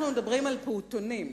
אנחנו מדברים על פעוטונים,